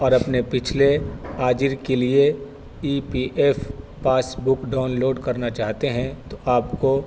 اور اپنے پچھلے عاجر کے لیے E P F passbook download کرنا چاہتے ہیں تو آپ کو